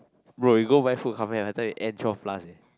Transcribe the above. bro you got buy food come here until you end twelve plus